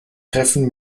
treffen